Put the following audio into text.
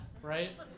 Right